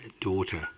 daughter